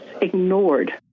ignored